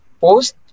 Post